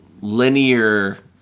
linear